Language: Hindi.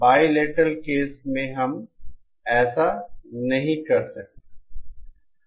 बाईलेटरल केस में हम ऐसा नहीं कर सकते